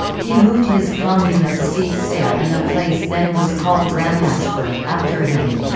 he moved his commune of sikhs there and the place then was called ramdaspur, after him.